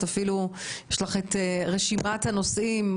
יש לך את רשימת הנושאים.